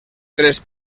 tres